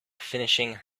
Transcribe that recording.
finishing